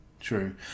True